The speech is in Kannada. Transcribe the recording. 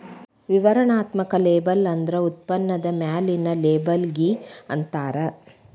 ವಿವರಣಾತ್ಮಕ ಲೇಬಲ್ ಅಂದ್ರ ಉತ್ಪನ್ನದ ಮ್ಯಾಲಿನ್ ಲೇಬಲ್ಲಿಗಿ ಅಂತಾರ